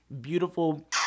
beautiful